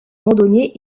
randonnée